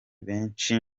benshi